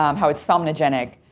um how it's somnogenic.